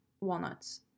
walnuts